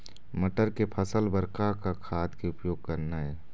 मटर के फसल बर का का खाद के उपयोग करना ये?